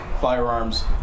firearms